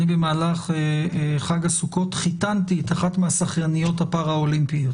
אני במהלך חג הסוכות חיתנתי את אחת מהשחייניות הפרה-אולימפיות.